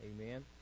amen